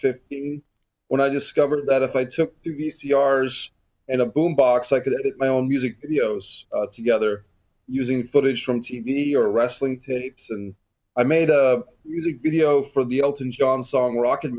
fifty when i discovered that if i took the v c r s and a boom box i could at my own music videos together using footage from t v or wrestling tapes and i made a music video for the elton john song rocket